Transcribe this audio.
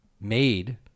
made